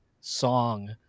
song